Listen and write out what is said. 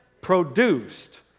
produced